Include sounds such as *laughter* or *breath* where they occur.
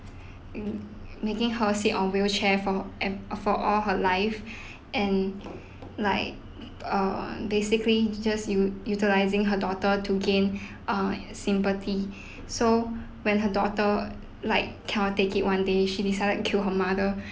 mm making her sit on wheelchair for en~ uh for all her life *breath* and like uh basically just u~ utilising her daughter to gain *breath* uh sympathy *breath* so when her daughter like cannot take it one day she decided to kill her mother